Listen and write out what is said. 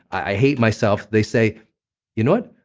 i hate myself, they say you know what?